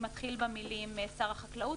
שמתחיל במילים "שר החקלאות".